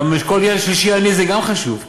זה שכל ילד שלישי עני, זה גם חשוב.